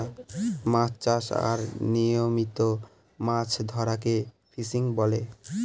মাছ চাষ আর নিয়মিত মাছ ধরাকে ফিসিং বলে